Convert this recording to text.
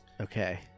Okay